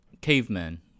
cavemen